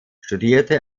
studierte